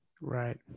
Right